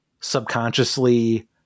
subconsciously